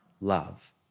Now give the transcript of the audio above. love